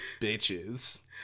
bitches